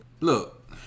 Look